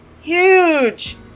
huge